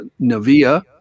Navia